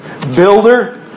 Builder